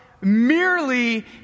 merely